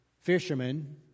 fishermen